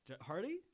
Hardy